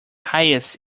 highest